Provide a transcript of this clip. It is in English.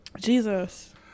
Jesus